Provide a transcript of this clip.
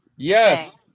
yes